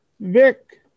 Vic